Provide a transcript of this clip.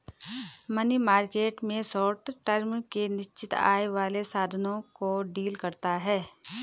money market में short term के निश्चित आय वाले साधनों को डील करता है